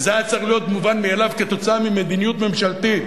וזה היה צריך להיות מובן מאליו כתוצאה ממדיניות ממשלתית,